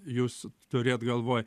jūs turėjot galvoj